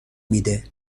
میده